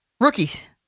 rookies